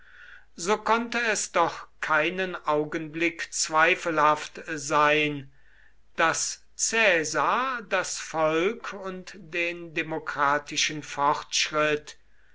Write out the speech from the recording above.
so konnte es doch keinen augenblick zweifelhaft sein daß caesar das volk und den demokratischen fortschritt